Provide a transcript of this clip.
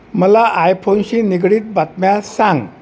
मला आयफोनशी निगडीत बातम्या सांग